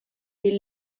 dil